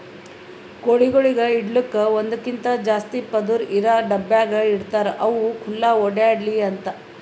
ಕೋಳಿಗೊಳಿಗ್ ಇಡಲುಕ್ ಒಂದಕ್ಕಿಂತ ಜಾಸ್ತಿ ಪದುರ್ ಇರಾ ಡಬ್ಯಾಗ್ ಇಡ್ತಾರ್ ಅವು ಖುಲ್ಲಾ ಓಡ್ಯಾಡ್ಲಿ ಅಂತ